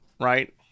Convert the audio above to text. right